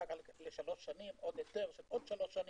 אחר כך לשלוש שנים עוד היתר של עוד שלוש שנים,